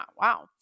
Wow